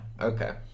okay